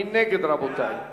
מי נגד, רבותי?